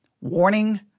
warning